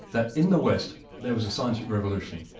that in the west there was a scientific revolution,